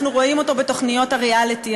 אנחנו רואים אותו בתוכניות הריאליטי,